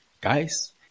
Guys